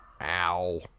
Ow